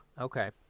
Okay